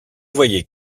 voyait